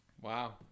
Wow